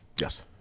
Yes